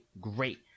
great